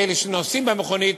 אלה שנוסעים במכונית,